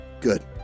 good